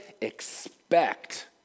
expect